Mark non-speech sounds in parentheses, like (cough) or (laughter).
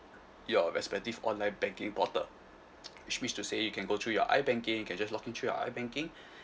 your respective online banking portal which means to say you can go through your ibanking you can just log in through your ibanking (breath)